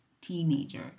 teenager